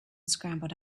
scrambled